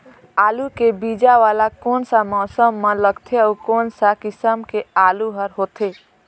आलू के बीजा वाला कोन सा मौसम म लगथे अउ कोन सा किसम के आलू हर होथे?